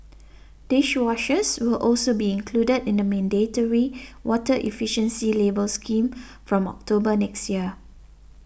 dishwashers will also be included in the mandatory water efficiency labelling scheme from October next year